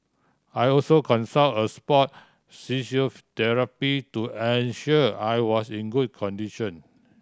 I also consult a sport to ensure I was in good condition